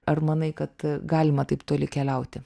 ar manai kad galima taip toli keliauti